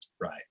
Right